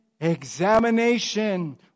examination